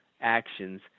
actions